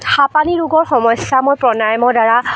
হাঁপানী ৰোগৰ সমস্যা মই প্ৰাণয়ামৰদ্বাৰা